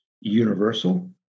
universal